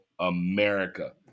America